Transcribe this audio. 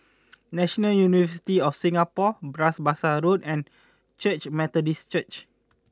National University of Singapore Bras Basah Road and Christ Methodist Church